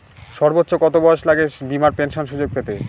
সর্বোচ্চ কত বয়স লাগে বীমার পেনশন সুযোগ পেতে?